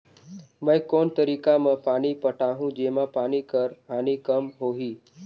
मैं कोन तरीका म पानी पटाहूं जेमा पानी कर हानि कम होही?